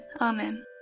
Amen